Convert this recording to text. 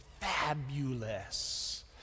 fabulous